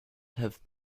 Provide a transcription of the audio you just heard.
have